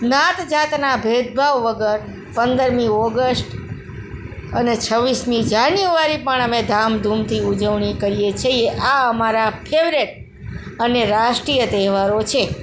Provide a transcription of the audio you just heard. નાત જાતના ભેદભાવ વગર પંદરમી ઓગસ્ટ અને છવ્વીસમી જાન્યુઆરી પણ અમે ધામધૂમથી ઉજવણી કરીએ છીએ આ અમારા ફેવરેટ અને રાષ્ટ્રીય તહેવારો છે